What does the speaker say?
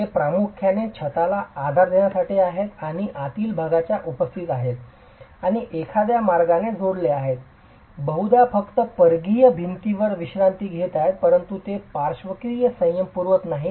हे प्रामुख्याने छताला आधार देण्यासाठी आहेत आणि आतील भागात उपस्थित आहेत आणि एखाद्या मार्गाने जोडलेले आहेत बहुधा फक्त परिघीय भिंतींवर विश्रांती घेत आहेत परंतु ते पार्श्वकीय संयम पुरवत नाहीत